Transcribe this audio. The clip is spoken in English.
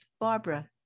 Barbara